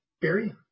Barry